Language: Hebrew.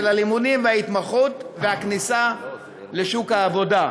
הלימודים וההתמחות והכניסה לשוק העבודה.